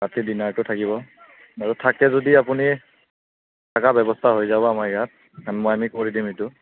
ৰাতি ডিনাৰটো থাকিব আৰু থাকে যদি আপুনি থকাৰ ব্যৱস্থা হৈ যাব আমাৰ ইয়াত মই আমি কৰি দিম সেইটো